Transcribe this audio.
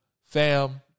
fam